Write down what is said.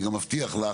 אני גם מבטיח לך,